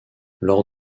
lors